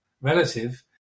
relative